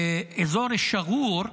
באזור שגור,